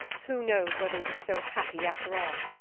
who knows whether it is so happy after all?